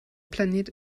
planet